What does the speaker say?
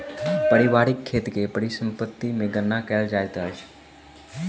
पारिवारिक खेत के परिसम्पत्ति मे गणना कयल जाइत अछि